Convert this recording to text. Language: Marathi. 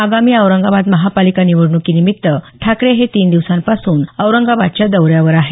आगामी औरंगाबाद महापालिका निवडणुकीनिमित्त ठाकरे हे तीन दिवसांपासून औरंगाबादच्या दौऱ्यावर आहेत